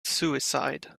suicide